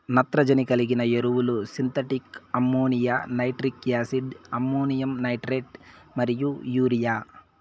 నత్రజని కలిగిన ఎరువులు synthetic ammonia, nitric acid, ammonium nitrate మరియు యూరియా